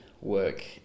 work